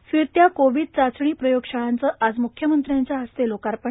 तीन फिरत्या कोविड चाचणी प्रयोगशाळांचं आज मुख्यमंत्र्यांच्या हस्ते लोकार्पण